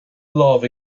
lámh